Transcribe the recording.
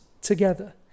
together